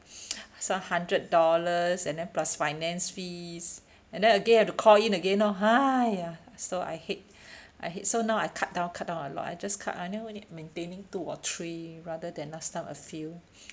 some hundred dollars and then plus finance fees and then again have to call in again lor !haiya! so I hate I hate so now I cut down cut down a lot I just cut I only maintaining two or three rather than last time a few